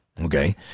okay